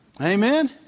Amen